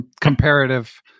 comparative